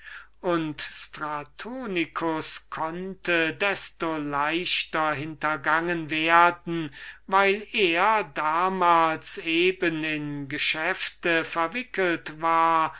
und stratonicus konnte desto leichter hintergangen werden weil er damals eben in geschäfte verwickelt war